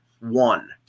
one